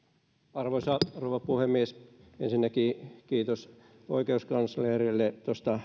arvoisa rouva puhemies ensinnäkin kiitos oikeuskanslerille